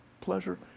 pleasure